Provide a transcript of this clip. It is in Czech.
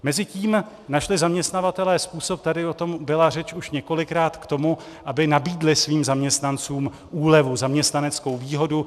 Mezitím našli zaměstnavatelé způsob, tady o tom byla řeč už několikrát, k tomu, aby nabídli svým zaměstnancům úlevu, zaměstnaneckou výhodu.